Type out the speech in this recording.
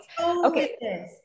Okay